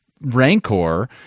Rancor